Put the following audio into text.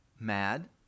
Mad